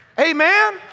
Amen